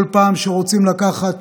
כל פעם שרוצים לקחת